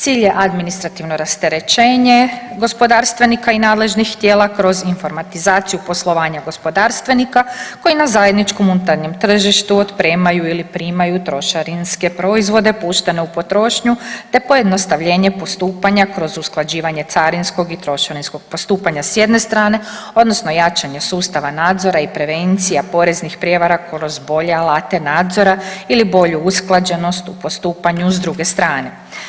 Cilj je administrativno rasterećenje gospodarstvenika i nadležnih tijela kroz informatizaciju poslovanja gospodarstvenika koji na zajedničkom unutarnjem tržištu otpremaju ili primaju trošarinske proizvode puštene u potrošnju, te pojednostavljenje postupanja kroz usklađivanje carinskog i trošarinskog postupanja s jedne strane odnosno jačanje sustava nadzora i prevencija poreznih prijevara kroz bolje alate nadzora ili bolju usklađenost u postupanju s druge strane.